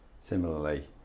Similarly